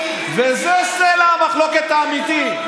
וזה סלע המחלוקת האמיתי,